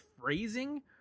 phrasing